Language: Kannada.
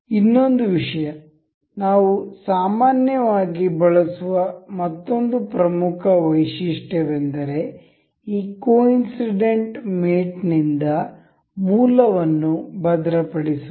ಇನ್ನೊಂದು ವಿಷಯ ನಾವು ಸಾ ಮಾನ್ಯವಾಗಿ ಬಳಸುವ ಮತ್ತೊಂದು ಪ್ರಮುಖ ವೈಶಿಷ್ಟ್ಯವೆಂದರೆ ಈ ಕೊಇನ್ಸಿಡೆಂಟ್ ಮೇಟ್ನಿಂದ ಮೂಲವನ್ನು ಭದ್ರಪಡಿಸುವದು